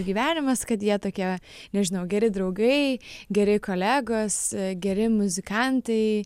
gyvenimas kad jie tokie nežinau geri draugai geri kolegos geri muzikantai